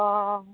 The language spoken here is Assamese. অঁ